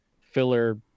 filler